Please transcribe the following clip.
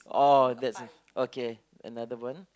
oh that's a okay another one